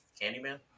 Candyman